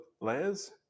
layers